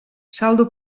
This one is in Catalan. saldo